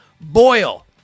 Boyle